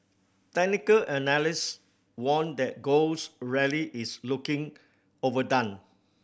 technical analyst warned that gold's rally is looking overdone